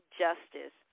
justice